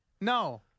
No